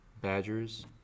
Badgers